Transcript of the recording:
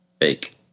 Fake